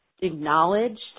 acknowledged